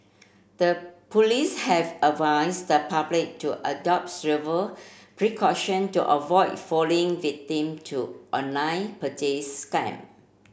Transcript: the police have advised the public to adopt precaution to avoid falling victim to online purchase scam